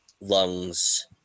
lungs